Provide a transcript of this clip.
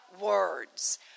words